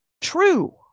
true